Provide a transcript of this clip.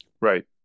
Right